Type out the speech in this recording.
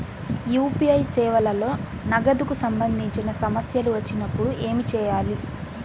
UPI సేవలలో నగదుకు సంబంధించిన సమస్యలు వచ్చినప్పుడు ఏమి చేయాలి?